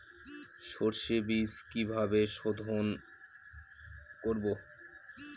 সর্ষে বিজ কিভাবে সোধোন করব?